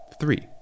Three